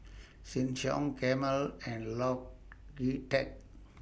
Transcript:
Sheng Siong Camel and Logitech